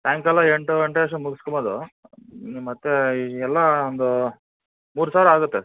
ಸಾಯಂಕಾಲ ಎಂಟು ಎಂಟು ಅಷ್ಟ್ರೊಳಗೆ ಮುಗಿಸ್ಕೋಬೋದು ಮತ್ತೆ ಎಲ್ಲ ಒಂದು ಮೂರು ಸಾವಿರ ಆಗುತ್ತೆ ಸರ್